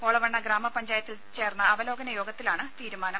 ഒളവണ്ണ ഗ്രാമപഞ്ചായത്തിൽ ചേർന്ന അവലോകന യോഗത്തിലാണ് തീരുമാനം